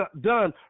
done